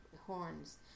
horns